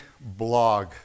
blog